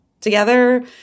together